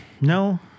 no